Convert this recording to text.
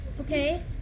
Okay